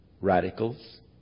radicals